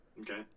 okay